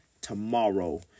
tomorrow